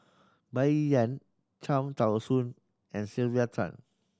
Bai Yan Cham Tao Soon and Sylvia Tan